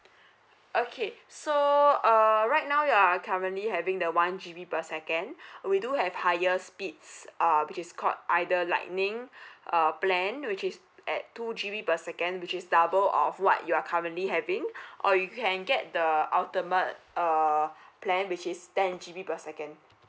okay so uh right now you are currently having the one G_B per second we do have higher speeds uh which is called either lightning uh plan which is at two G_B per second which is double of what you are currently having or you can get the ultimate uh plan which is ten G_B per second